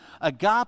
Agape